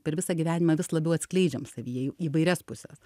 per visą gyvenimą vis labiau atskleidžiam savyje įvairias puses